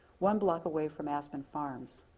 one block away from aspen farms.